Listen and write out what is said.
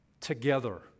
together